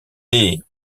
laid